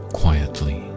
quietly